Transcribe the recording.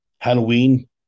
Halloween